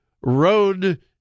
road